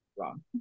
wrong